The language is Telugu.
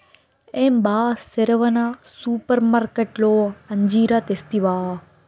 ఏం బా సెరవన సూపర్మార్కట్లో అంజీరా తెస్తివా